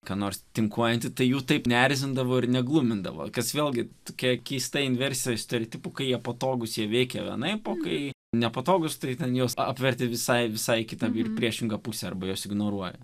ką nors tinkuojant tai jų taip neerzindavo ir neglumindavo kas vėlgi tokia keista inversijoje stereotipų kai jie patogūs jie veikia vienaip o kai nepatogūs tai ten jos atverti visai visai kitam į priešingą pusę arba jos ignoruoja